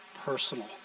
personal